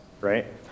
right